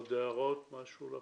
עוד הערות, משהו לפרוטוקול?